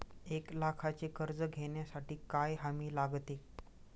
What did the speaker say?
एक लाखाचे कर्ज घेण्यासाठी काय हमी लागते?